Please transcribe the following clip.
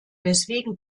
weswegen